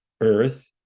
earth